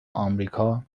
آمریکا